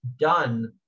done